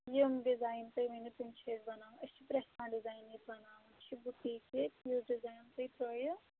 یِم ڈِزایِن تُہۍ ؤنِو تِم چھِ أسۍ بَناوان أسۍ چھِ پرٛٮ۪تھ کانٛہہ ڈِزایِن ییٚتہِ بَناوٕنۍ یہِ چھُ بُتیٖک تہٕ یُس ڈِزایِن تُہۍ ترٛٲیِو